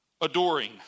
adoring